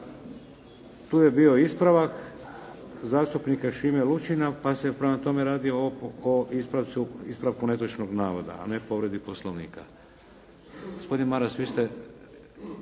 Tu je bio ispravak zastupnika Šime Lučina pa se prema tome radi o ispravku netočnog naroda, a ne povredi Poslovnika.